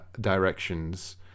directions